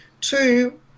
Two